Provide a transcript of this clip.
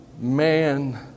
man